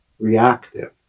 reactive